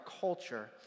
culture